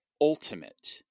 ultimate